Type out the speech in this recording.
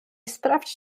sprawdź